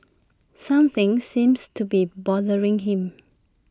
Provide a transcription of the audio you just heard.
something seems to be bothering him